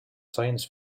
science